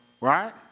Right